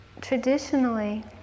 Traditionally